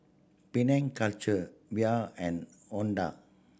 Penang Culture Viu and Honda